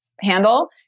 handle